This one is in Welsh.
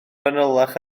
fanylach